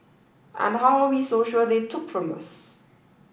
and how are we so sure they took from us